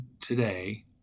today